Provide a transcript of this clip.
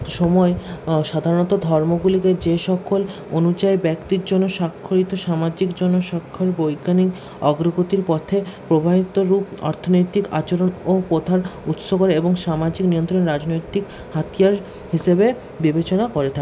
সময় সাধারণত ধর্মগুলিকে যে সকল অনুযায়ী ব্যক্তির জন্য সাক্ষরিত সামাজিক জন্য সাক্ষর বৈজ্ঞানিক অগ্রগতির পথে প্রবাহিত রূপ অর্থনৈতিক আচরণ ও প্রথার উৎস করে এবং সামাজিক নিয়ন্ত্রণে রাজনৈতিক হাতিয়ার হিসেবে বিবেচনা করে থাকে